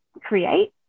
create